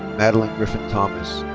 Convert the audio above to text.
madelyn griffin thomas.